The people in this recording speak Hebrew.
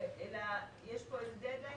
אלא יש פה איזה דד-ליין